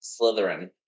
Slytherin